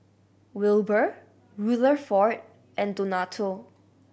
Wilber Rutherford and Donato